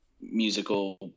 musical